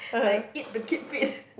I eat to keep fit